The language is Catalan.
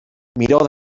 miró